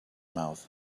mouth